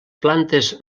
plantes